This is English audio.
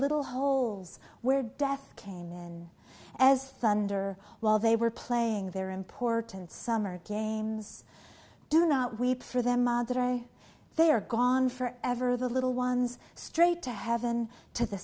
little holes where death came in as thunder while they were playing their important summer games do not weep for them madre they are gone forever the little ones straight to heaven to the